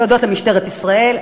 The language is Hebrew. להודות למשטרת ישראל,